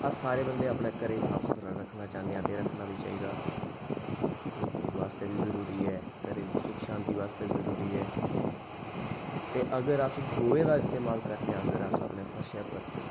अस सारे बंदे अपने घरै गी साफ सुथरा रक्खना चाह्न्ने आं ते रक्खना बी चाहिदा एह् सेह्त वास्तै बी जरूरी ऐ घरै दी सुख शांति वास्तै जरूरी ऐ ते अगर अस गोहे दा इस्तेमाल करने आं अगर अस अपने फरशै पर